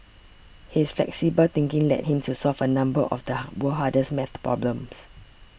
his flexible thinking led him to solve a number of the world's hardest math problems